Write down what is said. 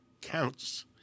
counts